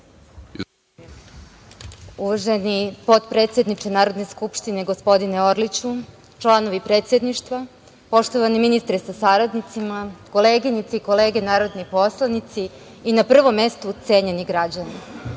Uvaženi potpredsedniče Narodne skupštine, gospodine Orliću, članovi predsedništva, poštovani ministre sa saradnicima, koleginice i kolege narodni poslanici i na prvom mestu, cenjeni građani,